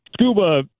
scuba